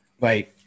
Right